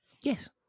Yes